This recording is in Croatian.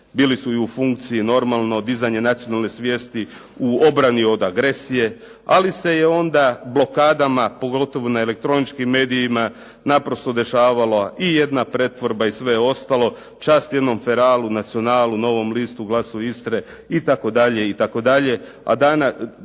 bili su i funkciji normalno, dizanje nacionalne svijesti u obrani od agresije ali se onda blokadama pogotovo na elektroničkim medijima naprosto dešavala i jedna pretvorba i sve ostalo. Čast jednom "Feralu", "Nacionalu", "Novom listu", "Glasu Istre" itd.